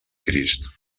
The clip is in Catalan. crist